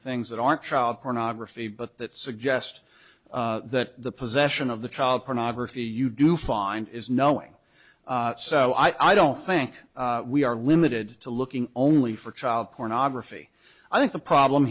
things that aren't child pornography but that suggest that the possession of the child pornography you do find is knowing so i don't think we are limited to looking only for child pornography i think the problem